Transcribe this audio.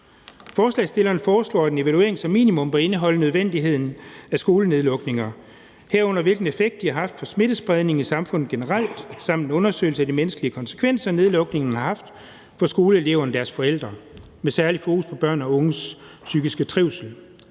Forslagsstillerne foreslår, at en evaluering som minimum bør indeholde en undersøgelse af nødvendigheden af skolenedlukninger, herunder hvilken effekt de har haft på smittespredningen i samfundet generelt, samt en undersøgelse af de menneskelige konsekvenser, nedlukningen har haft for skoleeleverne og deres forældre med særlig fokus på børn og unges psykiske trivsel.